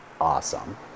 Awesome